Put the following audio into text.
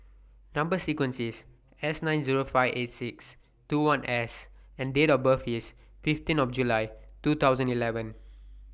Number sequence IS S nine Zero five eight six two one S and Date of birth IS fifteen of July two thousand eleven